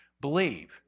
believe